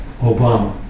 Obama